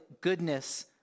goodness